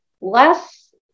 less